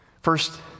First